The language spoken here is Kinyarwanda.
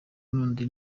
n’ubundi